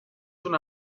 una